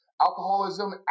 alcoholism